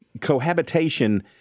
Cohabitation